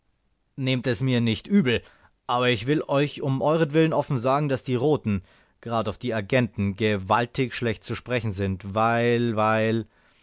nehmt es mir nicht übel aber ich will euch um euertwillen offen sagen daß die roten grad auf die agenten gewaltig schlecht zu sprechen sind weil weil